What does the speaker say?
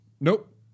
nope